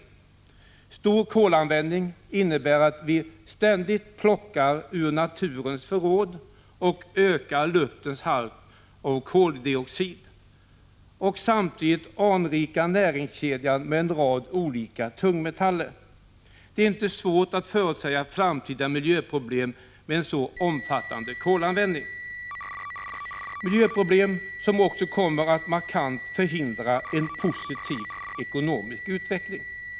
Omfattande kolanvändning innebär att vi ständigt plockar ur naturens förråd och ökar luftens halt av koldioxid och samtidigt anrikar näringskedjan med en rad olika tungmetaller. Det är inte svårt att förutsäga framtida miljöproblem med en så omfattande kolanvändning. Det är miljöproblem som också kommer att markant förhindra en positiv ekonomisk utveckling.